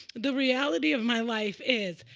the reality of my life is,